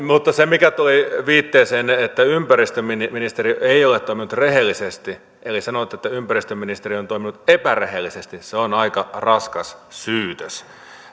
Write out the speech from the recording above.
mutta se mikä tuli viitteessänne että ympäristöministeriö ei ole toiminut rehellisesti eli sanoitte että ympäristöministeriö on toiminut epärehellisesti on aika raskas syytös